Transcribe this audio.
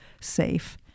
safe